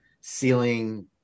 ceiling